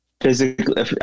physically